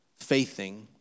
Faithing